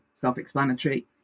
self-explanatory